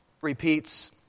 repeats